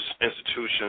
institutions